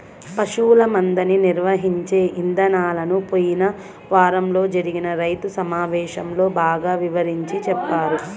పశువుల మందని నిర్వహించే ఇదానాలను పోయిన వారంలో జరిగిన రైతు సమావేశంలో బాగా వివరించి చెప్పారు